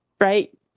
right